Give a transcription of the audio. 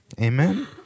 Amen